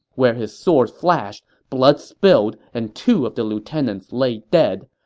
where his sword flashed, blood spilled and two of the lieutenants laid dead.